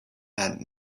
that